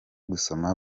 gusoma